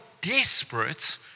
desperate